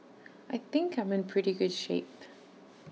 I think I'm in pretty good shape